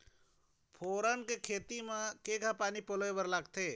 फोरन के खेती म केघा पानी पलोए बर लागथे?